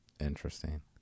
Interesting